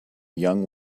young